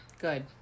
Good